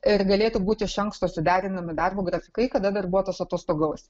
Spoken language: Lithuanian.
ir galėtų būti iš anksto suderinami darbo grafikai kada darbuotojas atostogaus